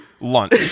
lunch